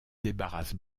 débarrasse